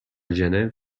ژنو